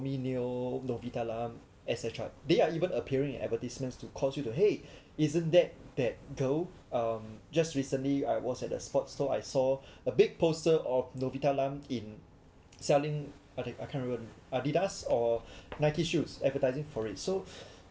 ~mi neo novita lam et cetera they are even appearing in advertisements to cause you to !hey! isn't that that girl um just recently I was at a sports store I saw a big poster of novita lam in selling I can't remember Adidas or Nike shoes advertising for it so